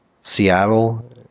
Seattle